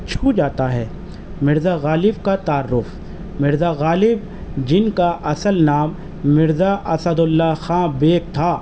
چھو جاتا ہے مرزا غالب کا تعارف مرزا غالب جن کا اصل نام مرزا اسد اللہ خاں بیگ تھا